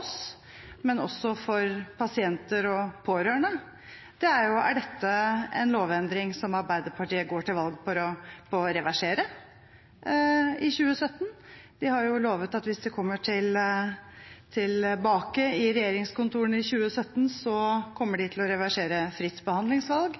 oss, og også for pasienter og pårørende, er: Er dette en lovendring som Arbeiderpartiet går til valg på å reversere i 2017? De har jo lovet at hvis de kommer tilbake til regjeringskontorene i 2017, kommer de til å reversere ordningen med fritt behandlingsvalg.